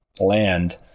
land